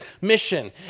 mission